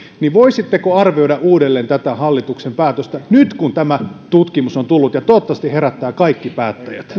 joten voisitteko arvioida uudelleen tätä hallituksen päätöstä nyt kun tämä tutkimus on tullut ja toivottavasti herättää kaikki päättäjät